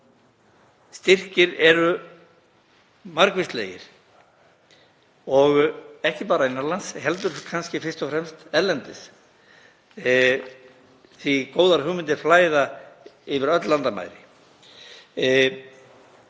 Styrkir eru margvíslegir og ekki bara innan lands heldur kannski fyrst og fremst erlendis því að góðar hugmyndir flæða yfir öll landamæri.